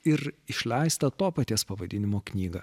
ir išleistą to paties pavadinimo knygą